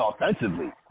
offensively